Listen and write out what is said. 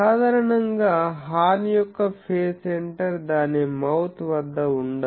సాధారణంగా హార్న్ యొక్క phase centre దాని మౌత్వద్ద ఉండదు